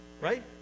Right